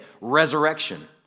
resurrection